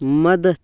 مدد